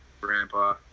grandpa